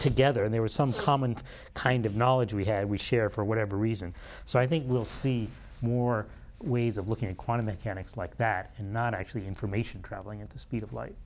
together and there was some common kind of knowledge we had we share for whatever reason so i think we'll see more ways of looking at quantum mechanics like that and not actually information travelling at the speed of light